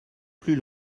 plus